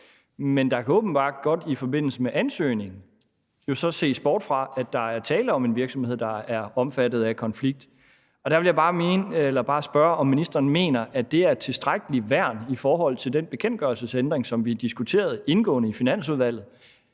Men der kan åbenbart godt i forbindelse med ansøgning jo så ses bort fra, at der er tale om en virksomhed, der er omfattet af konflikt. Og der vil jeg bare spørge, om ministeren mener, at det er et tilstrækkeligt værn i forhold til den bekendtgørelsesændring, som vi diskuterede indgående i Finansudvalget,